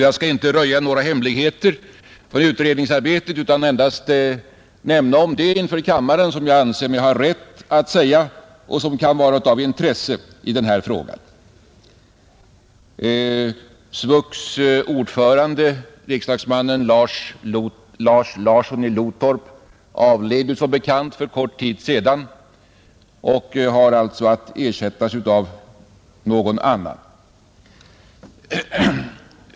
Jag skall inte röja några hemligheter från utredningsarbetet utan endast nämna om det inför kammaren som jag anser mig ha rätt att säga och som kan vara av intresse i den här frågan. SVUX:s ordförande, riksdagsman Lars Larsson i Lotorp, avled som bekant för en kort tid sedan och skall ersättas med någon annan.